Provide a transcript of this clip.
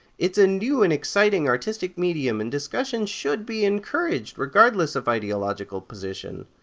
it's a new and exciting artistic medium and discussion should be encouraged, regardless of ideological position!